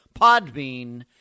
Podbean